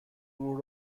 گروه